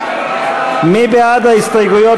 ההסתייגויות